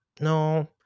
no